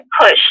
push